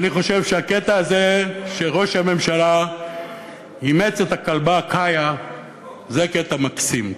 אני חושב שהקטע הזה שראש הממשלה אימץ את הכלבה קאיה זה קטע מקסים.